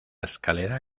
escalera